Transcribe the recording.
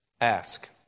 Ask